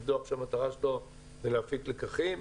זה דוח שהמטרה שלו היא להפיק לקחים,